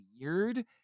weird